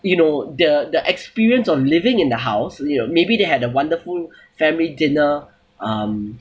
you know the the experience of living in the house you know maybe they had a wonderful family dinner um